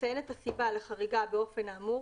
יציין את הסיבה לחריגה באופן האמור